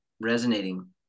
resonating